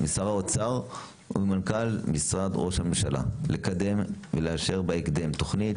משר האוצר וממנכ"ל משרד ראש הממשלה לקדם ולאשר בהקדם תוכנית